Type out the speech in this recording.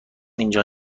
اینجا